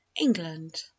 England